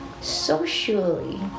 socially